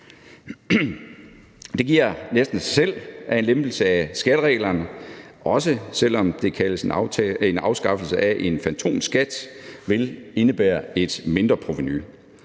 Det giver næsten sig selv, at en lempelse af skattereglerne, også selv om det kaldes en afskaffelse af en fantomskat, vil indebære et mindre provenu.